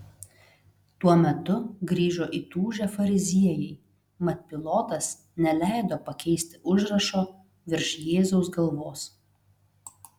tuo metu grįžo įtūžę fariziejai mat pilotas neleido pakeisti užrašo virš jėzaus galvos